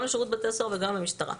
גם בשירות בתי הסוהר וגם במשטרה.